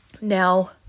Now